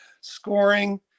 scoring